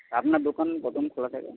আপনার দোকান খোলা থাকে